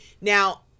Now